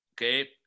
okay